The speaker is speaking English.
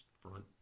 front